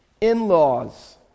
in-laws